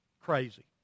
Crazy